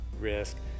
risk